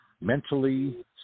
mentally